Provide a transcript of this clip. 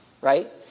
right